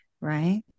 Right